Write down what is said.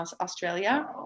Australia